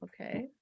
Okay